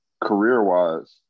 career-wise